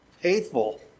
faithful